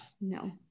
No